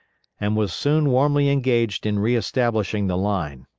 and was soon warmly engaged in re establishing the line.